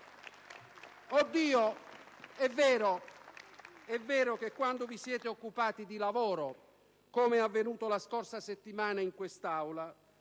Oddio, è vero che quando vi siete occupati di lavoro, come è avvenuto la scorsa settimana, in quest'Aula,